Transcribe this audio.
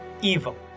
evil